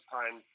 time